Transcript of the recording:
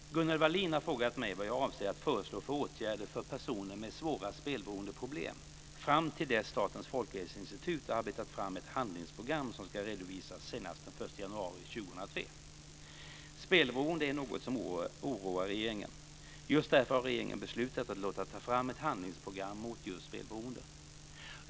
Fru talman! Gunnel Wallin har frågat mig vad jag avser att föreslå för åtgärder för personer med svåra spelberoendeproblem fram till dess Statens folkhälsoinstitut har arbetat fram ett handlingsprogram som ska redovisas senast den 1 januari 2003. Spelberoende är något som oroar regeringen. Just därför har regeringen beslutat att låta ta fram ett handlingsprogram mot just spelberoende.